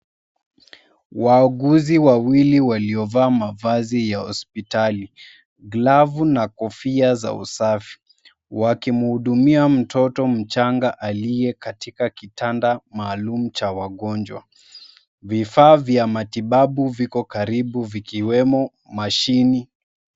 Wauguzi wawili waliovaa mavazi ya hospitali, glavu na kofia za usafi, wakimhudumia mtoto mchanga aliye katika kitanda maalum cha wagonjwa. Vifaa vya matibabu viko karibu vikiwemo mashini.